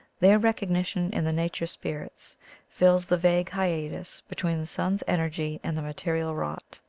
their recognition in the nature spirits fills the vague hiatus between the sun's energy and the material wrought.